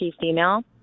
female